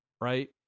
Right